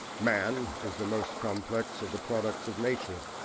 man is the most complex of the products of nature.